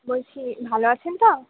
বলছি ভালো আছেন তো